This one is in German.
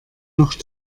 noch